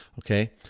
Okay